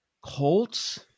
colts